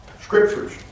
scriptures